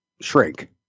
shrink